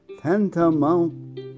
Tantamount